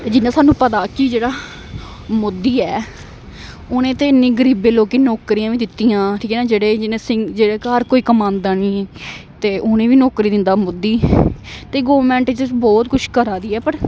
जियां सानू पता कि जेह्ड़ा मुोदी ऐ उनें ते इन्नी गरीबें लोकें गी नौकरियां बी दित्तियां ठीक ऐ न जेह्ड़े सि जेह्ड़े घर कोई कमांदा नी ते उनेंगी बी नौकरी दिंदा मुोद्दी ते गौरमेंट च बहुत कुछ करा दी ऐ पर